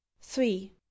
three